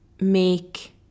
make